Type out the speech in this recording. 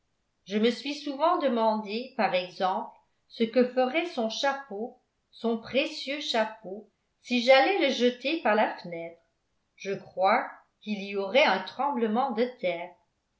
je me suis souvent demandé par exemple ce que ferait son chapeau son précieux chapeau si j'allais le jeter par la fenêtre je crois qu'il y aurait un tremblement de terre